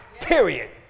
period